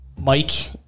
Mike